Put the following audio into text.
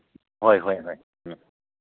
ꯍꯣꯏ ꯍꯣꯏ ꯍꯣꯏ ꯎꯝ